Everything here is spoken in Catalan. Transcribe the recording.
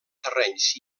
terrenys